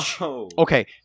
Okay